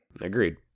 Agreed